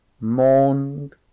mourned